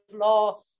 law